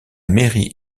mairie